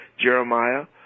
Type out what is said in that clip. Jeremiah